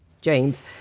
James